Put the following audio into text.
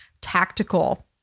tactical